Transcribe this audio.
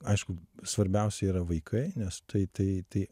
aišku svarbiausia yra vaikai nes tai tai tai